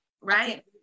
right